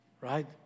Right